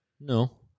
No